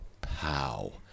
pow